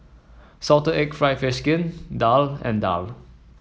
Salted Egg fried fish skin daal and daal